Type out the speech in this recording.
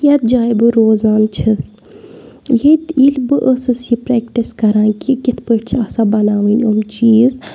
یَتھ جایہِ بہٕ روزان چھَس ییٚتہِ ییٚلہِ بہٕ ٲسٕس یہِ پرٛیٚکٹِس کَران کہِ کِتھ پٲٹھۍ چھِ آسان بَناوٕنۍ یِم چیٖز